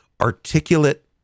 articulate